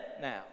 now